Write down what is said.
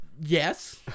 yes